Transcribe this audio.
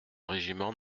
régiment